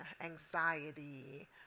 anxiety